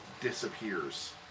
disappears